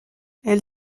elle